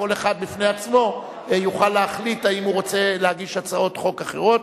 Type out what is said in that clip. כל אחד בפני עצמו יוכל להחליט האם הוא רוצה להגיש הצעות חוק אחרות.